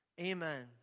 Amen